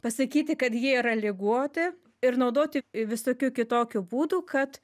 pasakyti kad jie yra ligoti ir naudoti visokių kitokių būdų kad